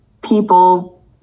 people